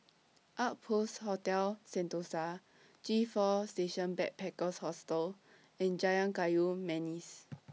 Outpost Hotel Sentosa G four Station Backpackers Hostel and Jalan Kayu Manis